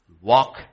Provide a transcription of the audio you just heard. Walk